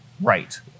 Right